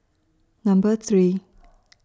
Number three